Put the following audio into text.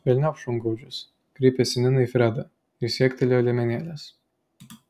velniop šungaudžius kreipėsi nina į fredą ir siektelėjo liemenėlės